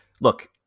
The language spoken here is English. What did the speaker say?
look